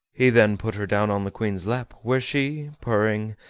he then put her down on the queen's lap, where she, purring,